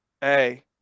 hey